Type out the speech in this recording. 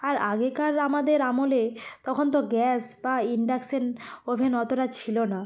আর আগেকার আমাদের আমলে তখন তো গ্যাস বা ইনডাকশন ওভেন অতটা ছিলো না